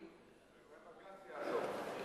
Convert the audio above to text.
קריאה: